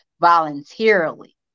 voluntarily